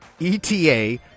ETA